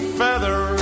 feather